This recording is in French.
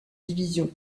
divisions